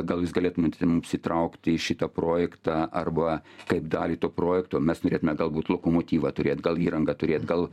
gal jūs galėtumėt mums įtraukti į šitą projektą arba kaip dalį to projekto mes norėtume galbūt lokomotyvą turėt gal įrangą turėt gal